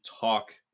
talk